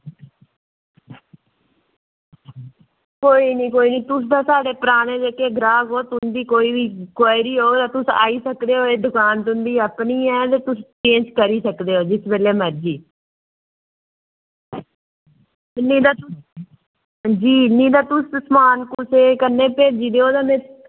कोई निं कोई कोई निं कोई तुस ते साढ़े पराने ग्राह्क ओ तुं'दी कोई बी क्वाइरी होग ते तुस आई सकदे ओ एह् दकान तुं'दी अपनी ऐ ते तुस चेंज करी सकदे ओ जिस बेल्लै मर्जी ते नेईं तां तुस जी नेईं तां तुस समान कुसै कन्नै भेजी देओ ते में